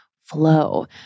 flow